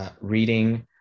reading